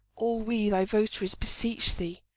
all we thy votaries beseech thee,